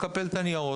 מקפל את הניירות,